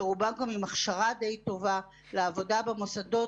שרובם גם עם הכשרה די טובה לעבודה במוסדות.